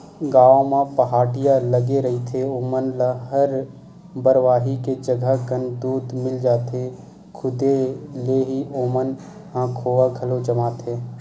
गाँव म पहाटिया लगे रहिथे ओमन ल हर बरवाही के गजब कन दूद मिल जाथे, खुदे ले ही ओमन ह खोवा घलो जमाथे